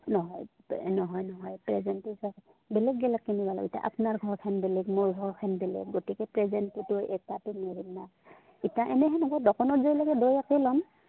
নহয় নহয় নহয় প্ৰেজেণ্টটো বেলেগ বেলেগ কিনিব লাগে এতিয়া আপোনাৰ ঘৰখন বেলেগ মোৰ ঘৰখন বেলেগ গতিকে প্ৰেজেণ্টটোতো এটাটো নেৰিম ন ইতিয়া এনেহে নহয় দোকানত